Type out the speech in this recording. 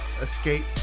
escape